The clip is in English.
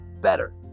better